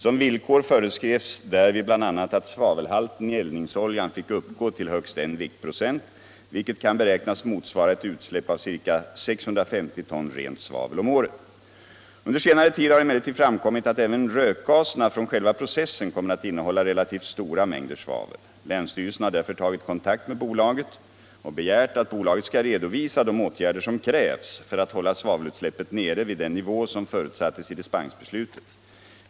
Som villkor föreskrevs därvid bl.a. att svavelhalten i eldningsoljan fick uppgå till högst 1 viktprocent, vilket kan beräknas motsvara ett utsläpp av ca 650 ton rent svavel om året. Under senare tid har emellertid framkommit att även rökgaserna från själva processen kommer att innehålla relativt stora mängder svavel. Länsstyrelsen har därför tagit kontakt med bolaget och begärt att bolaget skall redovisa de åtgärder som krävs för att hålla svavelutsläppet nere vid den nivå som förutsattes i dispensbeslutet.